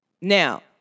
Now